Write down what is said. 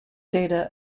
data